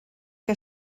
que